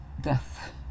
death